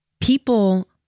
people